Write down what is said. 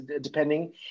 depending